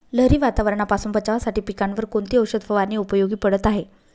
लहरी वातावरणापासून बचावासाठी पिकांवर कोणती औषध फवारणी उपयोगी पडत आहे?